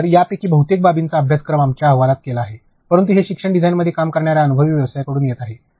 तर यापैकी बहुतेक बाबींचा अभ्यासक्रम आमच्या अहवालात केला गेला आहे परंतु हे ई शिक्षण डिझाइनमध्ये काम करणाऱ्या अनुभवी व्यावसायिकांकडून येत आहे